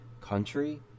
country